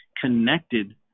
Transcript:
connected